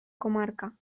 comarca